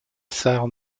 sarre